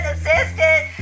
Assistant